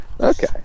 okay